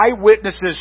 eyewitnesses